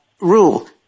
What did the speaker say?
rule